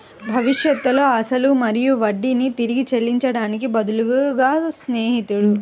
భవిష్యత్తులో అసలు మరియు వడ్డీని తిరిగి చెల్లించడానికి బదులుగా స్నేహితుడు